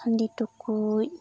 ᱦᱟᱺᱰᱤ ᱴᱩᱠᱩᱡ